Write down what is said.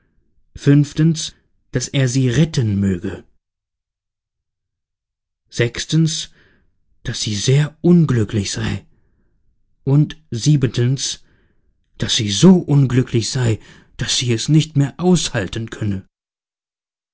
fünftens daß er sie retten möge sechstens daß sie sehr unglücklich sei und siebentens daß sie so unglücklich sei daß sie es nicht mehr aushalten könne